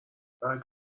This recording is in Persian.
بعد